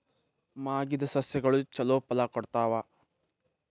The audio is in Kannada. ಮಾಗಿದ್ ಸಸ್ಯಗಳು ಛಲೋ ಫಲ ಕೊಡ್ತಾವಾ?